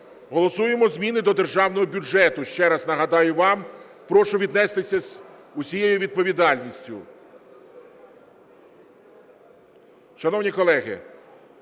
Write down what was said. Голосуємо зміни до Державного бюджету, ще раз нагадаю вам. Прошу віднестися з усією відповідальністю.